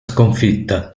sconfitta